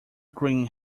grin